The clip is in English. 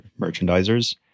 merchandisers